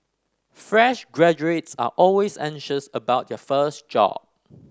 fresh graduates are always anxious about their first job